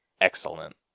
excellent